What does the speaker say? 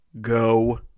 Go